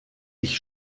ich